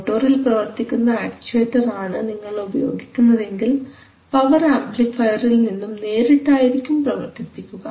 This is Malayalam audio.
മോട്ടോറിൽ പ്രവർത്തിക്കുന്ന ആക്ച്ചുവെറ്റർ ആണ് നിങ്ങൾ ഉപയോഗിക്കുന്നതെങ്കിൽ പവർ ആംപ്ലിഫയറിൽ നിന്നും നേരിട്ട് ആയിരിക്കും പ്രവർത്തിപ്പിക്കുക